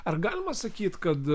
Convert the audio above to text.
ar galima sakyt kad